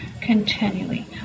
continually